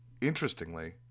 Interestingly